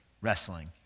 wrestling